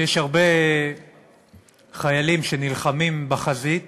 כשיש הרבה חיילים שנלחמים בחזית